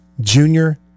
Junior